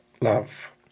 love